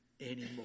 anymore